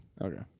Okay